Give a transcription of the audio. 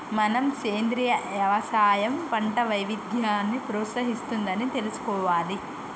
మనం సెంద్రీయ యవసాయం పంట వైవిధ్యాన్ని ప్రోత్సహిస్తుంది అని తెలుసుకోవాలి